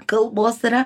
kalbos yra